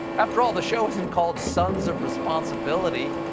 after all the show isn't called sons of responsibility.